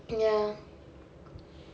ya